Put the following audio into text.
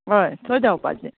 हय थंय देंवपाचें